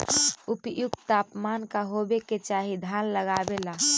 उपयुक्त तापमान का होबे के चाही धान लगावे ला?